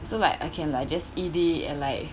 so like I can like just eat it and like